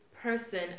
person